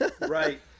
Right